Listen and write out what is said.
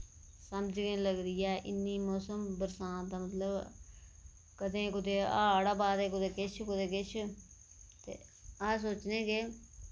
समझ गै निं लगदी ऐ इन्नी मौसम बरसांत दा मतलब कदें कुतै हाड़ आवै दे कुतै किश कुतै किश ते अस सोचने कि